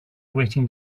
waiting